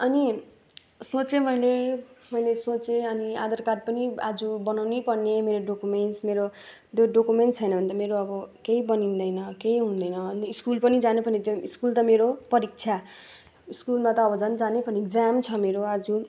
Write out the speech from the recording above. अनि सोचे मैले मैले सोचे अनि आधार कार्ड पनि आज बनाउनै पर्ने मेरो डकोमेन्ट्स मेरो डो डकोमेन्ट्स छैन भने त मेरो अब केही बनिँदैन केही हुँदैन अनि स्कुल पनि जानु पर्ने त्यो स्कुल त मेरो परीक्षा स्कुलमा त अब झन् जानै पर्ने इक्जाम छ मेरो आज